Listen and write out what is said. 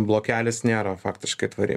blokelis nėra faktiškai tvari